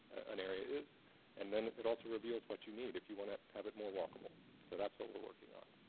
an area is and then it also reveals what you need if you want to have it more walkable so that's what we're working on.